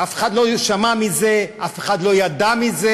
אף אחד לא שמע מזה, אף אחד לא ידע מזה.